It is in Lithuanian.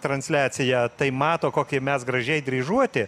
transliaciją tai mato kokie mes gražiai dryžuoti